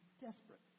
desperate